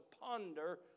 ponder